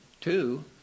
Two